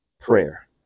prayer